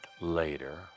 later